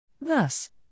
Thus